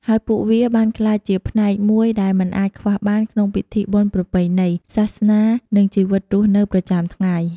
ហើយពួកវាបានក្លាយជាផ្នែកមួយដែលមិនអាចខ្វះបានក្នុងពិធីបុណ្យប្រពៃណី សាសនា និងជីវិតរស់នៅប្រចាំថ្ងៃ។